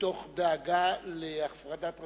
ומתוך דאגה להפרדת רשויות,